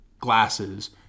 glasses